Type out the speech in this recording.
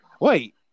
Wait